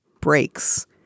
breaks